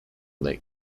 lake